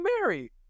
Mary